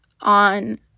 on